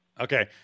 Okay